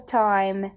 time